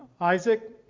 Isaac